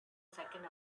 second